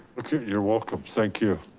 okay, you're welcome. thank you.